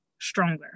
stronger